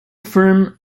firm